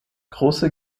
große